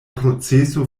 proceso